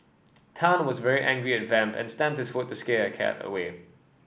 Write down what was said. Tan was very angry at Vamp and stamped this foot to scare a cat away